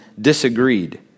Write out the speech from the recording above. disagreed